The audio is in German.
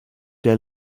der